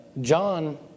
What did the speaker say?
John